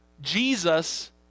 Jesus